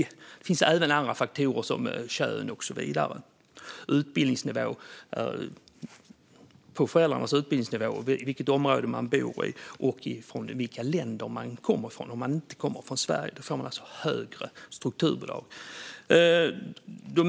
Man tar även med andra faktorer som kön, föräldrars utbildningsnivå, vilket område man bor i och från vilka länder man kommer. Om man inte kommer från Sverige blir det alltså högre strukturbidrag.